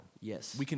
Yes